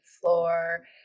floor